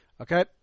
okay